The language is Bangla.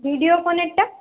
ভিডিওকনেরটা